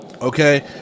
Okay